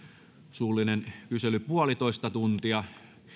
suullinen kysely puolitoista tuntia